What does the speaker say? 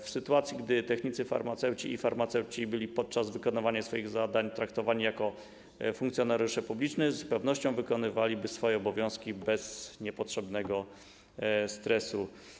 W sytuacji gdy technicy farmaceuci i farmaceuci byliby podczas wykonywania swoich zadań traktowani jako funkcjonariusze publiczni, z pewnością wykonywaliby swoje obowiązki bez niepotrzebnego stresu.